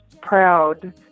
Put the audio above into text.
proud